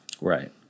Right